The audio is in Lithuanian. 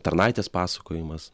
tarnaitės pasakojimas